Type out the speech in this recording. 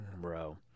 Bro